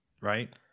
Right